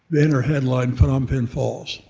banner headline, phnom penh falls.